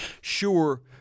Sure